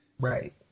Right